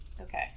okay